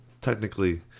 technically